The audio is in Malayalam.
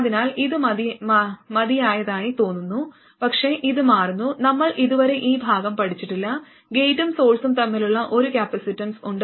അതിനാൽ ഇത് മതിയായതായി തോന്നുന്നു പക്ഷേ ഇത് മാറുന്നു നമ്മൾ ഇതുവരെ ഈ ഭാഗം പഠിച്ചിട്ടില്ല ഗേറ്റും സോഴ്സും തമ്മിൽ ഒരു കപ്പാസിറ്റൻസ് ഉണ്ട്